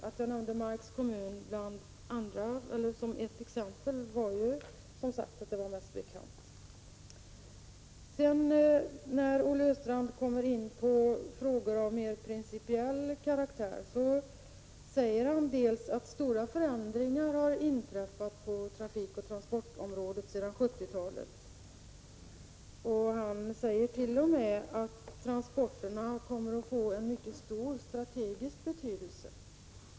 Att jag nämnde Marks kommun som ett exempel var som sagt för att den var mest bekant för mig. När Olle Östrand kommer in på frågor av mer principiell karaktär säger han att stora förändringar har inträffat på trafikoch transportområdet sedan 1970-talet. Han säger t.o.m. att transporterna kommer att få en mycket stor strategisk betydelse.